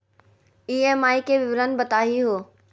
EMI के विवरण बताही हो?